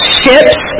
ships